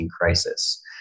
crisis